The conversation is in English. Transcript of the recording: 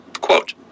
quote